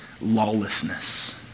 lawlessness